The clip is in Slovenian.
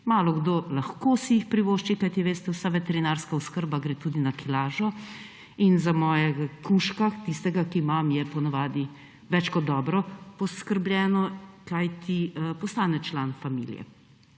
Malokdo si jih lahko privošči, kajti veste, vsa veterinarska oskrba gre tudi na kilažo. Za mojega kužka, tistega, ki ga imam, je po navadi več kot dobro poskrbljeno, kajti postane član familije.